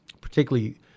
particularly